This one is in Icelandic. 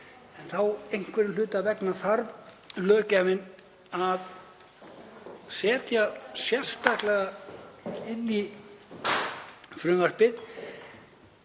En einhverra hluta vegna þarf löggjafinn að setja sérstaklega inn í frumvarpið